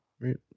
Right